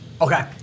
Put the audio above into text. Okay